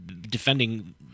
defending